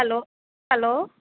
hello hello